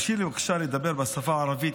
הרשי לי בבקשה לדבר בשפה הערבית,